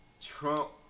Trump